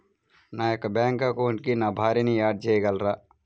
నా యొక్క బ్యాంక్ అకౌంట్కి నా భార్యని యాడ్ చేయగలరా?